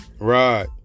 Right